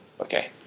Okay